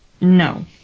No